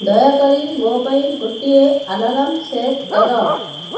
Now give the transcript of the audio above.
ଦୟାକରି ମୋ ପାଇଁ ଗୋଟିଏ ଆଲାରାମ୍ ସେଟ୍ କର